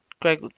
Greg